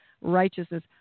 righteousness